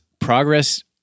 progress